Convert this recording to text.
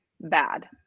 bad